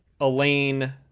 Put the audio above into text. Elaine